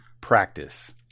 practice